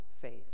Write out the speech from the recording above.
faith